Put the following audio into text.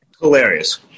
Hilarious